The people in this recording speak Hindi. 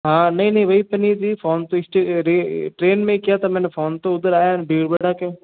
हाँ नहीं नहीं वहीं पर नहीं जी फोन तो ट्रेन में किया था मैंने फोन तो उधर आया भीड़ भड़ाक्के